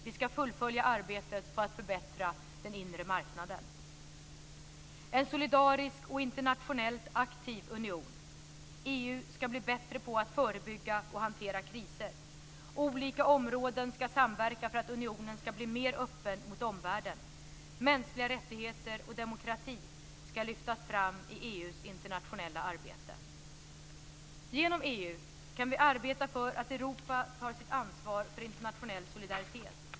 Vi ska fullfölja arbetet på att förbättra den inre marknaden. - en solidarisk och internationellt aktiv union. EU ska bli bättre på att förebygga och hantera kriser. Olika områden ska samverka för att unionen ska bli mer öppen mot omvärlden. Mänskliga rättigheter och demokrati ska lyftas fram i EU:s internationella arbete. Genom EU kan vi arbeta för att Europa tar sitt ansvar för internationell solidaritet.